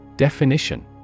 Definition